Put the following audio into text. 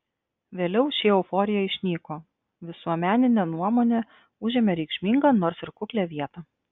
vėliau ši euforija išnyko visuomeninė nuomonė užėmė reikšmingą nors ir kuklią vietą